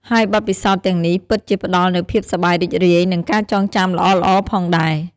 ហើយបទពិសោធន៍ទាំងនេះពិតជាផ្តល់នូវភាពសប្បាយរីករាយ និងការចងចាំល្អៗផងដែរ។